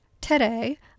today